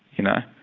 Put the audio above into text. you know,